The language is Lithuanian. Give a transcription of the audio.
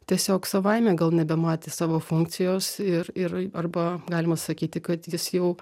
tiesiog savaime gal nebematė savo funkcijos ir ir arba galima sakyti kad jis jau